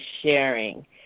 sharing